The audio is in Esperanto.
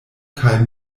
kaj